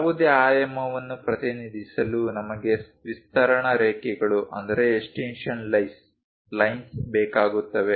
ಯಾವುದೇ ಆಯಾಮವನ್ನು ಪ್ರತಿನಿಧಿಸಲು ನಮಗೆ ವಿಸ್ತರಣಾ ರೇಖೆಗಳು ಬೇಕಾಗುತ್ತವೆ